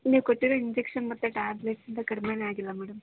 ನೀವು ಕೊಟ್ಟಿರೋ ಇಂಜೆಕ್ಷನ್ ಮತ್ತು ಟ್ಯಾಬ್ಲೆಟ್ನಿಂದ ಕಡಿಮೆನೆ ಆಗಿಲ್ಲ ಮೇಡಮ್